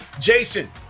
Jason